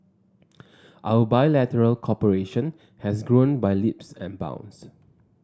our bilateral cooperation has grown by leaps and bounds